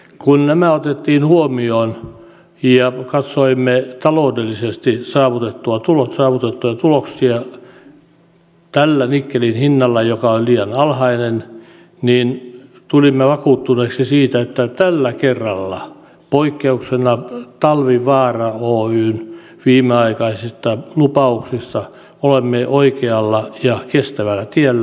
kun nämä otettiin huomioon ja katsoimme taloudellisesti saavutettuja tuloksia tällä nikkelin hinnalla joka on liian alhainen tulimme vakuuttuneiksi siitä että tällä kerralla poikkeuksena talvivaara oyn viimeaikaisista lupauksista olemme oikealla ja kestävällä tiellä